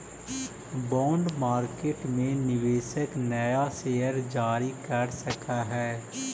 bond market में निवेशक नया शेयर जारी कर सकऽ हई